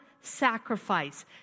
sacrifice